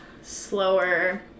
slower